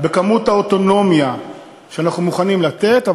על מידת האוטונומיה שאנחנו מוכנים לתת,